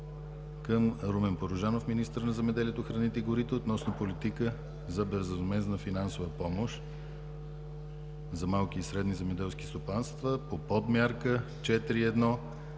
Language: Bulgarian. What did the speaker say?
към Румен Порожанов – министър на земеделието, храните и горите относно политика за безвъзмездна финансова помощ за малки и средни земеделски стопанства по Подмярка 4.1.